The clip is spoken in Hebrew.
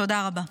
תודה רבה.